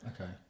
okay